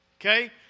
Okay